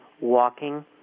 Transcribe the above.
walking